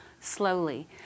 slowly